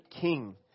king